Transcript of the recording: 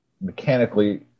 mechanically